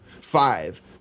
five